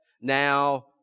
Now